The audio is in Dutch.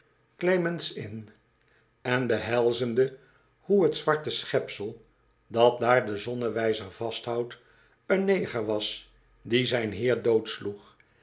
inn en behelzende hoe t zwarte schepsel dat daar den zonnewijzer vasthoudt een neger was die zijn